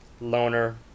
Loner